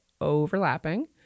Overlapping